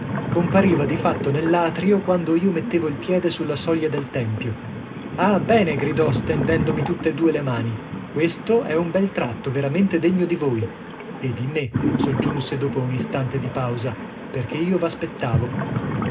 compariva di fatto nell'atrio quando io mettevo il piede sulla soglia del tempio ah bene gridò stendendomi tutt'e due le mani questo è un bel tratto veramente degno di voi e di me soggiunse dopo un istante di pausa perchè io